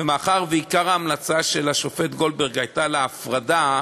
ומאחר שעיקר ההמלצה של השופט גולדברג הייתה להפרדה,